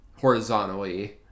horizontally